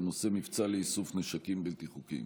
בנושא: מבצע לאיסוף נשקים בלתי חוקיים,